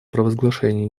провозглашение